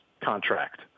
contract